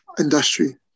industry